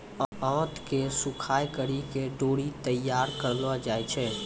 आंत के सुखाय करि के डोरी तैयार करलो जाय छै